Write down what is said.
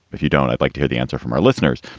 if you don't, i'd like to the answer from our listeners.